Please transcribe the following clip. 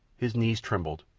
his knees trembled.